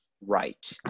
right